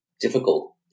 difficult